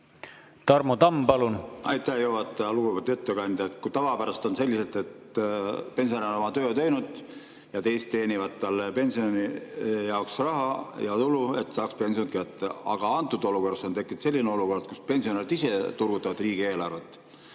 Tarmo Tamm, palun!